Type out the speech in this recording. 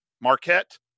Marquette